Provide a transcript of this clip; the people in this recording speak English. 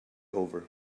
over